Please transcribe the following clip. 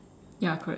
ya correct